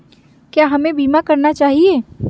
क्या हमें बीमा करना चाहिए?